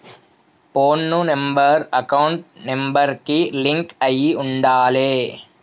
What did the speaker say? పోను number account number కి link అయ్యి ఉండాలే